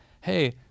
hey